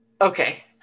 Okay